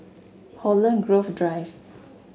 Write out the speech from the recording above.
Holland Grove Drive